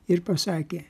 ir pasakė